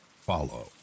follow